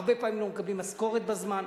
הרבה פעמים הם לא מקבלים משכורת בזמן.